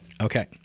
Okay